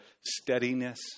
steadiness